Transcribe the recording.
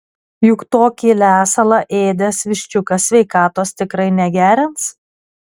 juk tokį lesalą ėdęs viščiukas sveikatos tikrai negerins